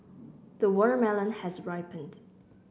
the watermelon has ripened